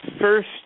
first